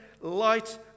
light